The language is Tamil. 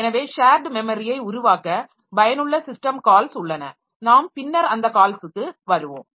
எனவே ஷேர்ட் மெமரியை உருவாக்க பயனுள்ள சிஸ்டம் கால்ஸ் உள்ளன நாம் பின்னர் அந்த கால்ஸுக்கு வருவோம்